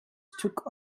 took